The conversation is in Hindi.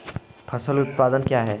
फसल उत्पादन क्या है?